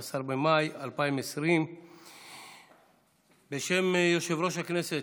11 במאי 2020. בשם יושב-ראש הכנסת,